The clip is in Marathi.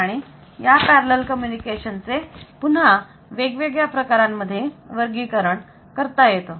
आणि या पॅरलल कम्युनिकेशन चे पुन्हा वेगवेगळ्या प्रकारांमध्ये वर्गीकरण करता येतं